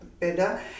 better